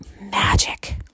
magic